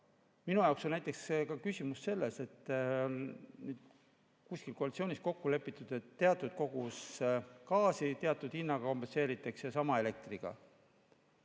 Minu jaoks on küsimus selles, et kuskil koalitsioonis on kokku lepitud, et teatud kogus gaasi teatud hinnaga kompenseeritakse, ja sama on elektriga.